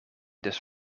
dus